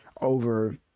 over